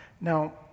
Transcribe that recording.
Now